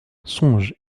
songe